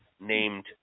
named